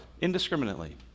indiscriminately